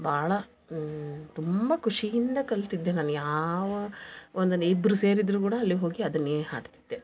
ಭಾಳ ತುಂಬಾ ಖುಷಿಯಿಂದ ಕಲ್ತಿದ್ದೆ ನಾನು ಯಾವ ಒಂದು ಇಬ್ರು ಸೇರಿದರು ಕೂಡ ಅಲ್ಲಿ ಹೋಗಿ ಅದನ್ನೇ ಹಾಡ್ತಿದ್ದೆ